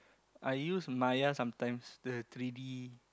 I use Maya sometimes the three-d